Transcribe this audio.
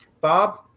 Bob